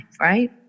right